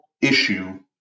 issue